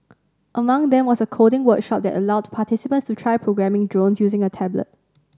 among them was a coding workshop that allowed participants to try programming drones using a tablet